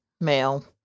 Mail